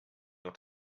noch